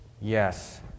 Yes